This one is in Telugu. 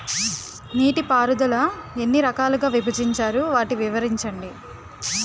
నీటిపారుదల ఎన్ని రకాలుగా విభజించారు? వాటి వివరించండి?